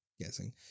guessing